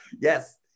Yes